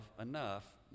enough